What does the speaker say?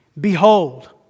Behold